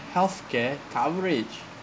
healthcare coverage